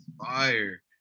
Fire